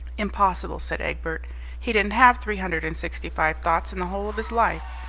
impossible, said egbert he didn't have three hundred and sixty-five thoughts in the whole of his life,